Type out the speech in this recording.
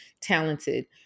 talented